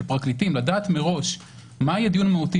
של פרקליטים לדעת מראש מה יהיה דיון מהותי